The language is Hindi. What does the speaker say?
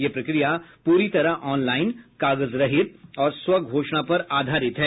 यह प्रक्रिया पूरी तरह ऑनलाइन कागज रहित और स्व घोषणा पर आधारित है